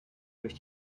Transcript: durch